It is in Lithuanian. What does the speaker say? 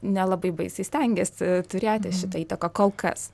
nelabai baisiai stengiasi turėti šitą įtaką kol kas